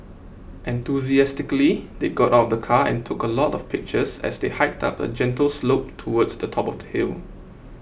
enthusiastically they got out the car and took a lot of pictures as they hiked up a gentle slope towards the top of the hill